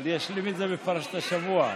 מפרשת השבוע.